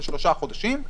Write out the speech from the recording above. לשלושה חודשים,